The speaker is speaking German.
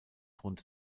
rund